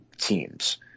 teams